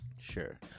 Sure